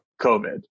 COVID